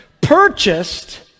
purchased